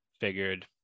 Figured